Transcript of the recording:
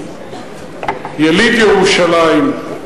יליד ירושלים,